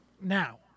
now